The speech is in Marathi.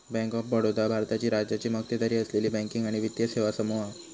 बँक ऑफ बडोदा भारताची राज्याची मक्तेदारी असलेली बँकिंग आणि वित्तीय सेवा समूह हा